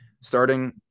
starting